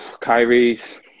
Kyrie's